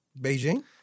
Beijing